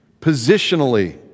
Positionally